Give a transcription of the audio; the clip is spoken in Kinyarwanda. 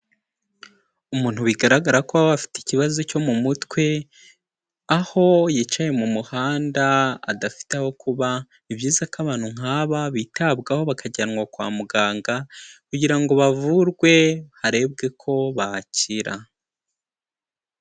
Umuntu bigaragara ko baba afite ikibazo cyo mu mutwe aho yicaye mu muhanda adafite aho kuba, ni byiza ko abantu nk'aba bitabwaho bakajyanwa kwa muganga kugira ngo bavurwe harebwe ko bakira.